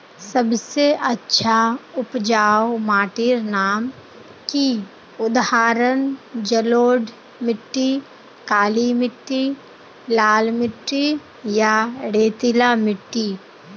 सबसे अच्छा उपजाऊ माटिर नाम की उदाहरण जलोढ़ मिट्टी, काली मिटटी, लाल मिटटी या रेतीला मिट्टी?